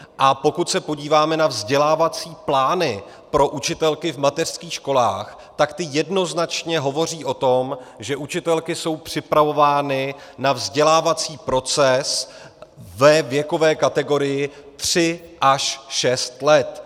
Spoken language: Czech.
A pokud se podíváme na vzdělávací plány pro učitelky v mateřských školách, tak ty jednoznačně hovoří o tom, že učitelky jsou připravovány na vzdělávací proces ve věkové kategorii tři až šest let.